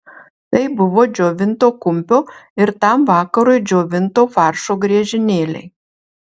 tai buvo džiovinto kumpio ir tam vakarui džiovinto faršo griežinėliai